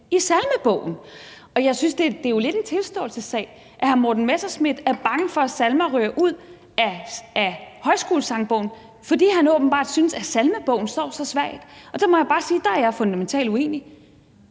i salmebogen. Det er jo lidt en tilståelsessag, at hr. Morten Messerschmidt er bange for, at salmer ryger ud af Højskolesangbogen, fordi han åbenbart synes, at salmebogen står så svagt. Og der må jeg bare sige, at jeg er fundamentalt uenig.